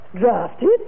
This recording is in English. Drafted